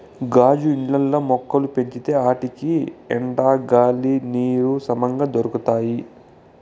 గాజు ఇండ్లల్ల మొక్కలు పెంచితే ఆటికి ఎండ, గాలి, నీరు సమంగా దొరకతాయి